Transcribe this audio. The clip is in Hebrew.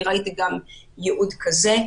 כי ראיתי גם ייעוד כזה.